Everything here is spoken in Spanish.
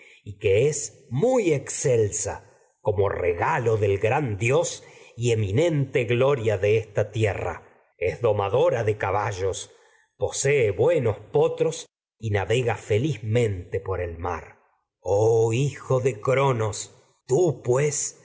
y que también de esta metrópoli es muy excelsa como regalo del es gran dios y eminente gloria de esta tierra domadora de caballos posee buenos por potros y navega felizmente esta el mar oh hijo de cronos tú pues